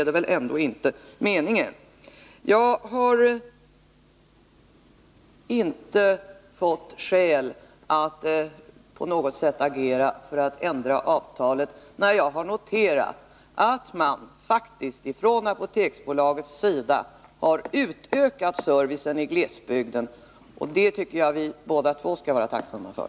Det är inte meningen. Jag har inte fått skäl att på något sätt agera för att ändra avtalet med Apoteksbolaget. Jag har i stället noterat att man från Apoteksbolagets sida faktiskt har utökat servicen i glesbygden, och det tycker jag att både Wiggo Komstedt och jag skall vara tacksamma för.